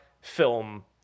film